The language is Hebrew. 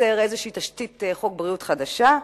יוצר איזו תשתית חוק בריאות חדשה,